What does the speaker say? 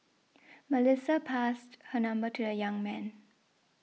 Melissa passed her number to a young man